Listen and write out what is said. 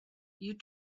you